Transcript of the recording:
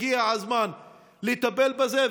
הגיע הזמן לטפל בזה,